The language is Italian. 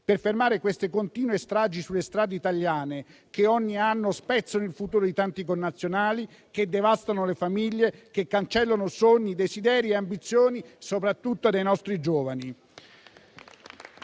per fermare queste continue stragi sulle strade italiane che ogni anno spezzano il futuro di tanti connazionali, devastano le famiglie, cancellano sogni, desideri e ambizioni, soprattutto dei nostri giovani.